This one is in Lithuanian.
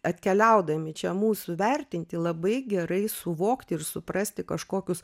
atkeliaudami čia mūsų vertinti labai gerai suvokti ir suprasti kažkokius